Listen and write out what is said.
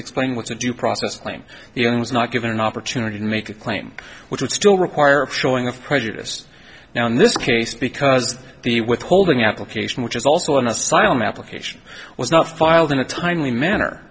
explain what's a due process claim you know it was not given an opportunity to make a claim which would still require a showing of prejudiced now in this case because the withholding application which is also an asylum application was not filed in a timely manner